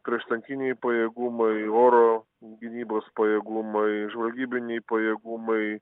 prieštankiniai pajėgumai oro gynybos pajėgumai žvalgybiniai pajėgumai